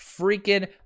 freaking